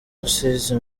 rusizi